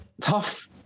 Tough